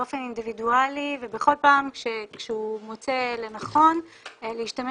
באופן אינדיבידואלי ובכל פעם כשהוא מוצא לנכון להשתמש